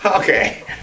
Okay